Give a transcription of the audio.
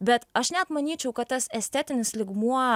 bet aš net manyčiau kad tas estetinis lygmuo